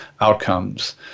outcomes